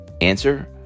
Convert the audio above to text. Answer